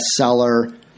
bestseller